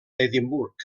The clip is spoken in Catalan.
edimburg